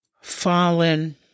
fallen